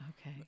okay